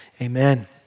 Amen